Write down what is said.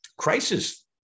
crisis